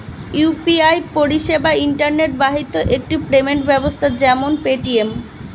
UPI পরিষেবা internet বাহিত একটি পেমেন্ট ব্যবস্থা যেমন পেটিএম